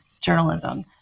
journalism